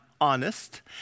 Honest